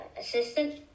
assistant